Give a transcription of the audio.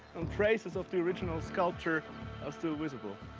and traces of the original sculpture are still visible.